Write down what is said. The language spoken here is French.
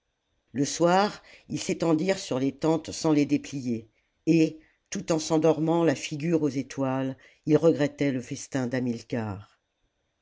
le soir ils s'étendirent sur les tentes sans les déplier et tout en s'endormant la figure aux étoiles ils regrettaient le festin d'hamilcar